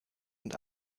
und